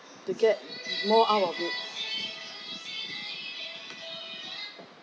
to get more out of it